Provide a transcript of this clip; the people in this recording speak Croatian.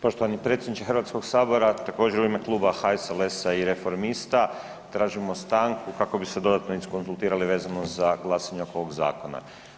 Poštovani predsjedniče Hrvatskog sabora, također u ime Kluba HSLS-a i Reformista tražimo stanku kako bismo se dodatno iskonzultirali vezano za glasanje oko ovog zakona.